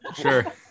Sure